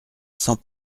sans